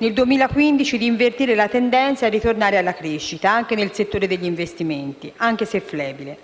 nel 2015, di invertire la tendenza e tornare alla crescita, anche nel settore degli investimenti (anche se flebile).